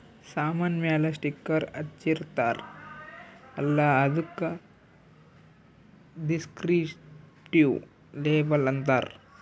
ಸಾಮಾನ್ ಮ್ಯಾಲ ಸ್ಟಿಕ್ಕರ್ ಹಚ್ಚಿರ್ತಾರ್ ಅಲ್ಲ ಅದ್ದುಕ ದಿಸ್ಕ್ರಿಪ್ಟಿವ್ ಲೇಬಲ್ ಅಂತಾರ್